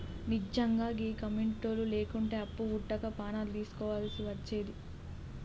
నిజ్జంగా గీ కమ్యునిటోళ్లు లేకుంటే అప్పు వుట్టక పానాలు దీస్కోవల్సి వచ్చేది